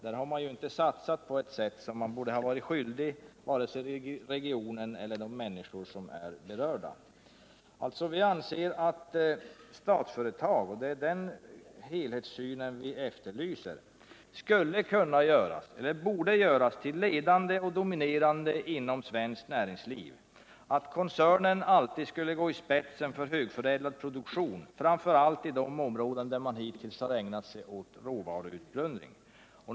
Där har staten inte satsat på det sätt som den borde varit skyldig både regionen och de människor som är berörda. Vi efterlyser en helhetssyn, och vi anser att Statsföretag bort göras till ledande och dominerande inom svenskt näringsliv, att koncernen alltid skulle gå i spetsen för högförädlad produktion, framför allt i de områden där man hittills har ägnat sig åt råvaruutplundring.